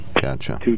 Gotcha